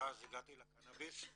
ואז הגעתי לקנאביס.